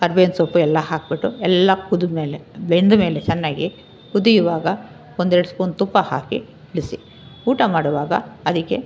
ಕರ್ಬೇವಿನ ಸೊಪ್ಪು ಎಲ್ಲ ಹಾಕಿಬಿಟ್ಟು ಎಲ್ಲ ಕುದ್ದಾದ್ಮೇಲೆ ಬೆಂದ ಮೇಲೆ ಚೆನ್ನಾಗಿ ಕುದಿಯುವಾಗ ಒಂದೆರ್ಡು ಸ್ಪೂನ್ ತುಪ್ಪ ಹಾಕಿ ಇಳಿಸಿ ಊಟ ಮಾಡುವಾಗ ಅದಕ್ಕೆ